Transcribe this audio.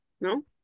No